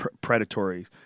predatory